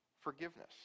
forgiveness